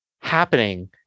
happening